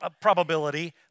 probability